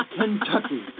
Kentucky